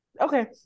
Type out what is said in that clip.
Okay